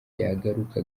yagaruka